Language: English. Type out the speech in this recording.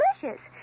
delicious